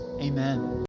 amen